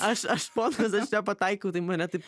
aš aš ponas aš čia pataikiau tai mane taip